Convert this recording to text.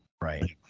right